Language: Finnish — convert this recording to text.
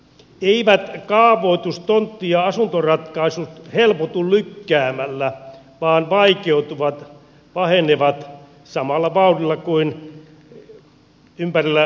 eivät kaavoitus tontti ja asuntoratkaisut helpotu lykkäämällä vaan vaikeutuvat pahenevat samalla vauhdilla kuin ympärillä oleva eurokriisi